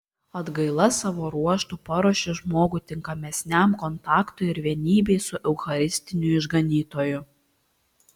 atgaila savo ruožtu paruošia žmogų tinkamesniam kontaktui ir vienybei su eucharistiniu išganytoju